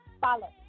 follow